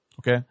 Okay